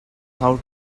how